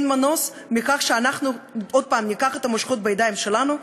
אין מנוס מכך שאנחנו עוד פעם ניקח את המושכות בידיים שלנו,